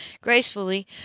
gracefully